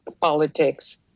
politics